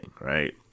Right